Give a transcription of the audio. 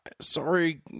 Sorry